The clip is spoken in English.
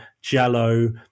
jello